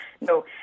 No